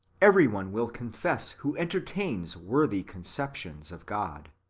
every one will confess who entertains worthy conceptions of god.